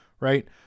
right